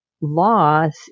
loss